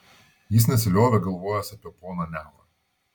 jis nesiliovė galvojęs apie poną niaurą